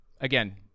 Again